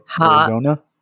Arizona